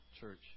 church